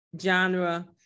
genre